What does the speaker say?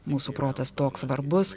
mūsų protas toks svarbus